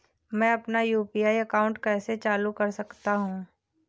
मैं अपना UPI account कैसे चालू कर सकता हूँ?